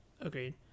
agreed